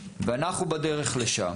ואנחנו בדרך לשם